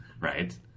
Right